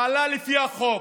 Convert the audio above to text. פעלה לפי החוק.